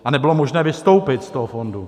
A nebylo možné vystoupit z toho fondu.